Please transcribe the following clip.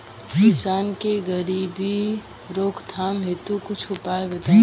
किसान के गरीबी रोकथाम हेतु कुछ उपाय बताई?